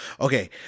Okay